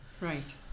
Right